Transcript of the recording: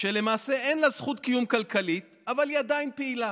שלמעשה אין לה זכות קיום כלכלי אבל היא עדיין פעילה.